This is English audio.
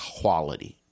quality